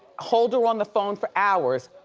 hold her on the phone for hours,